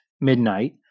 midnight